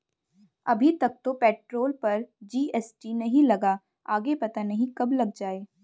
अभी तक तो पेट्रोल पर जी.एस.टी नहीं लगा, आगे पता नहीं कब लग जाएं